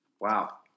Wow